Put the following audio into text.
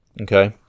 Okay